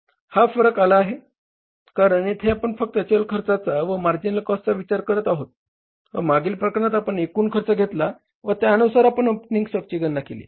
आणि हा फरक आला आहे कारण येथे आपण फक्त चल खर्चाचा व मार्जिनल कॉस्टचा विचार करीत आहोत व मागील प्रकरणात आपण एकूण खर्च घेतला व त्यानुसार आपण ओपनिंग स्टॉकची गणना केली